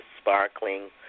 sparkling